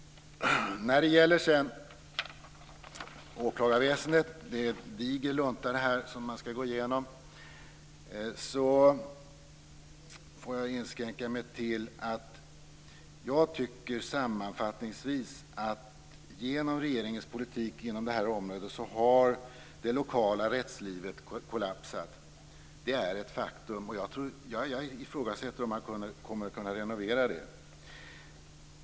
När det sedan gäller åklagarväsendet - det här är en diger lunta som man skall gå igenom - får jag inskränka mig till att säga att jag sammanfattningsvis tycker att det lokala rättslivet har kollapsat genom regeringens politik inom det här området. Det är ett faktum. Jag ifrågasätter om man kommer att kunna renovera det.